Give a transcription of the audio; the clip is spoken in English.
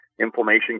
inflammation